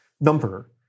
number